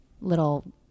little